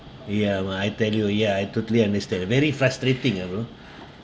ya mah I tell you ya I totally understand very frustrating ah bro